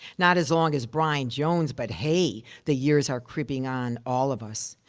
not as long as brian jones, but hey, the years are creeping on all of us.